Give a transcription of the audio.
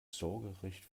sorgerecht